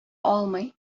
алмый